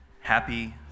Happy